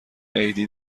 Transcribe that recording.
عیدی